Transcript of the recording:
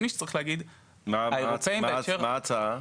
מה ההצעה?